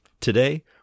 Today